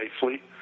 safely